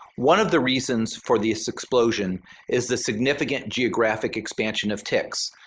one of the reasons for this explosion is the significant geographic expansion of ticks.